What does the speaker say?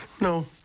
No